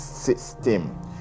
System